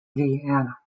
vienna